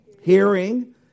hearing